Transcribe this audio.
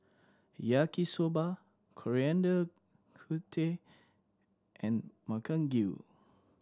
Yaki Soba Coriander and Makchang Gui